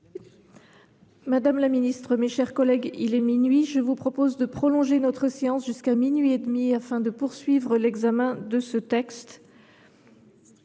trop restrictive. Mes chers collègues, il est minuit : je vous propose de prolonger notre séance jusqu’à minuit et demi, afin de poursuivre l’examen de ce texte.